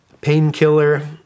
painkiller